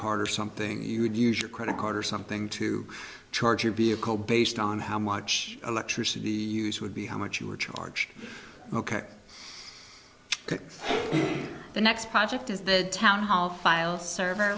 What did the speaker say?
card or something you would use your credit card or something to charge your vehicle based on how much electricity use would be how much you were charged ok the next project is the town hall file server